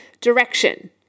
direction